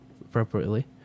appropriately